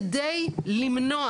כדי לדבר